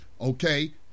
okay